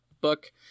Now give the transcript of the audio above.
book